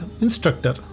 instructor